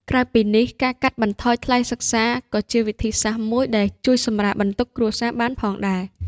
ក្រៅពីនេះ ការកាត់បន្ថយថ្លៃសិក្សា ក៏ជាវិធីសាស្ត្រមួយដែលជួយសម្រាលបន្ទុកគ្រួសារបានផងដែរ។